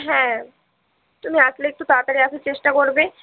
হ্যাঁ তুমি আসলে একটু তাড়াতাড়ি আসার চেষ্টা করবে